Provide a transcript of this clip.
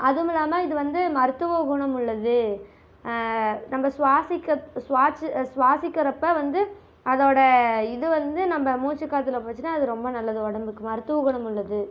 அதுவும் இல்லாமல் இது வந்து மருத்துவ குணம் உள்ளது நம்ம சுவாசிக்க சுவாசிச்சு சுவாசிக்கிறப்ப வந்து அதோடய இது வந்து நம்ம மூச்சு காற்றுல போச்சுன்னா அது ரொம்ப நல்லது உடம்புக்கு மருத்துவ குணம் உள்ளது